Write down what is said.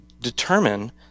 determine